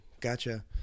Gotcha